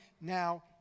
now